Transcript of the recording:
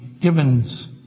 givens